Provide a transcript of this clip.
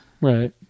Right